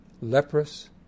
leprous